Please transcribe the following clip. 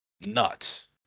nuts